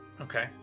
Okay